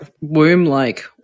womb-like